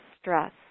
stress